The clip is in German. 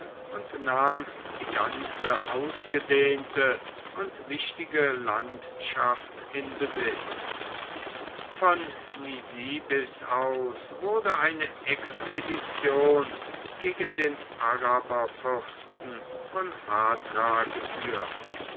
und nahm die ganze ausgedehnte und wichtige landschaft in besitz von nisibis aus wurde eine expedition gegen den araberfürsten von hatra geführt